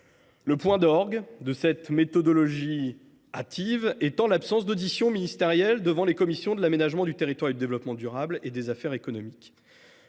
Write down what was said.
Le point d’orgue de cette méthodologie hâtive étant l’absence d’audition ministérielle devant les commissions de l’aménagement du territoire et du développement durable et des affaires économiques,